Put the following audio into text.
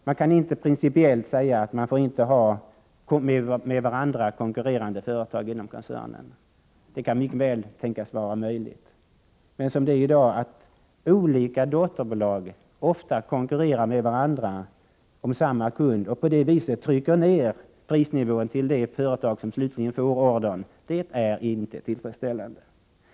Det går inte att principiellt säga att man inte får ha med varandra konkurrerande företag inom koncernen. Det kan mycket väl tänkas vara möjligt. Men som det är i dag, att olika dotterbolag ofta konkurrerar med varandra om samma kund och på det viset trycker ned prisnivån till det företag som slutligen får ordern, är inte tillfredsställande.